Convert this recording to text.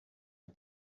های